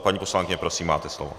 Paní poslankyně, prosím, máte slovo.